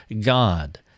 God